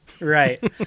Right